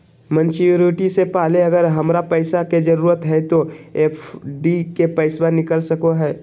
Maturity से पहले अगर हमरा पैसा के जरूरत है तो एफडी के पैसा निकल सको है?